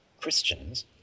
Christians